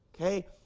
Okay